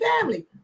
family